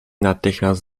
natychmiast